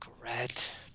correct